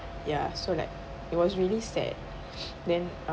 ya so like it was really sad then